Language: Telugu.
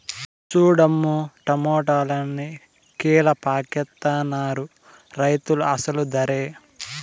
సూడమ్మో టమాటాలన్ని కీలపాకెత్తనారు రైతులు అసలు దరే